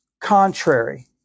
contrary